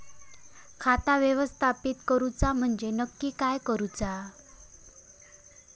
खाता व्यवस्थापित करूचा म्हणजे नक्की काय करूचा?